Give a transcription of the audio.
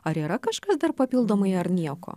ar yra kažkas dar papildomai ar nieko